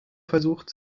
versucht